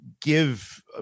give